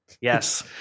yes